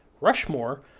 Rushmore